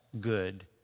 good